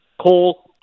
Cole